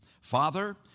Father